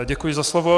Děkuji za slovo.